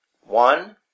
One